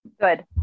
Good